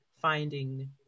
finding